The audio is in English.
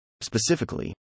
Specifically